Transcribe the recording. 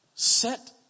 Set